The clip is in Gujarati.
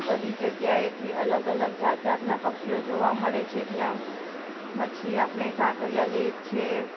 બધી જગ્યાએથી અલગ અલગ જાત જાતનાં પક્ષીઓ જોવા મળે છે ત્યાં પછી આપણે કાંકરિયા લેક છે